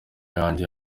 yanjye